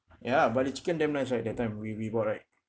ya lah but the chicken damn nice right that time we we bought right